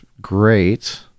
great